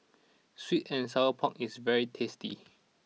Sweet and Sour Pork is very tasty